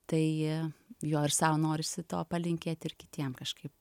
tai jo ir sau norisi to palinkėti ir kitiem kažkaip